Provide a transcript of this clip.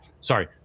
sorry